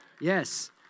Yes